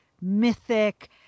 mythic